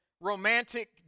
romantic